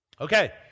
Okay